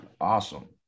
Awesome